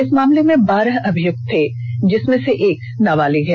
इस मामले में बारह अभियुक्त थे जिसमें एक नाबालिग है